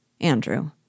Andrew